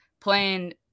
playing